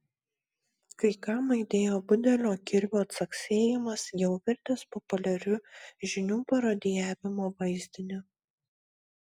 kai kam aidėjo budelio kirvio caksėjimas jau virtęs populiariu žinių parodijavimo vaizdiniu